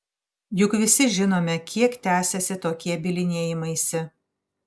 juk visi žinome kiek tęsiasi tokie bylinėjimaisi